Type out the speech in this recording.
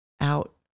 out